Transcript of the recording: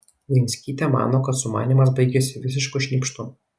uinskytė mano kad sumanymas baigėsi visišku šnypštu